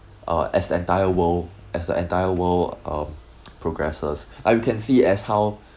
uh as the entire world as the entire world uh progresses or we can see as how